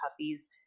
puppies